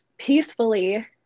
peacefully